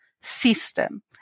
system